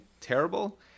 terrible